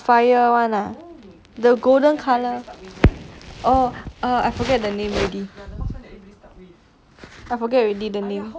the fire one ah the golden colour oh err I forget the name already I forget already